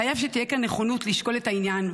חייבת להיות כאן נכונות לשקול את העניין,